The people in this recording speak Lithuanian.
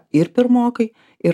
ir pirmokai ir